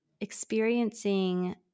experiencing